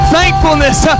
Thankfulness